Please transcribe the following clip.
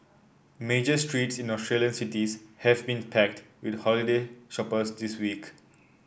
major streets in Australian cities have been packed with holiday shoppers this week